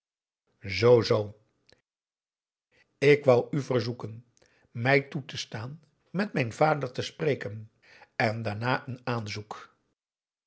zoo zoo ik wou u verzoeken mij toe te staan met mijn vader te spreken en daarna een aanzoek